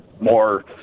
more